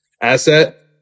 asset